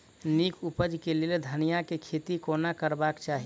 नीक उपज केँ लेल धनिया केँ खेती कोना करबाक चाहि?